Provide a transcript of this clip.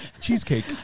cheesecake